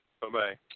Bye-bye